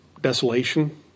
desolation